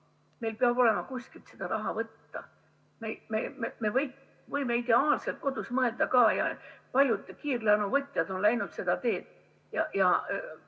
meil peab olema kuskilt seda raha võtta. Me võime kodus ideaalselt mõelda. Paljud kiirlaenuvõtjad on läinud seda teed